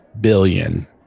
billion